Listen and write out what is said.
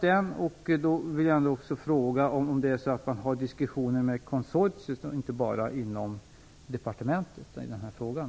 Men jag vill ändå fråga om man för diskussioner även med konsortiet - och inte bara inom departementet - i den här frågan.